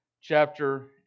chapter